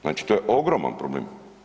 Znači to je ogroman problem.